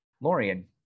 Lorian